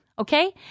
Okay